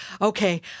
okay